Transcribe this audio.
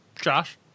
Josh